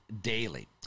Daily